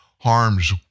harm's